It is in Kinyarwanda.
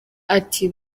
ati